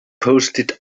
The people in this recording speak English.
posted